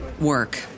work